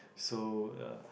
so uh